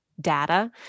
data